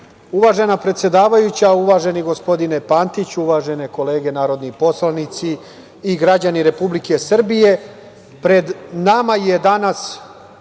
predsedavajuća, uvaženi gospodine Pantiću, uvažene kolege narodni poslanici i građani Republike Srbije, pred nama je danas